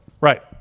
Right